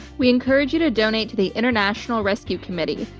we encourage you to donate to the international rescue committee,